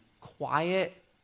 quiet